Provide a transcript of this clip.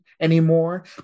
anymore